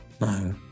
no